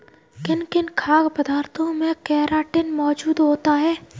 किन किन खाद्य पदार्थों में केराटिन मोजूद होता है?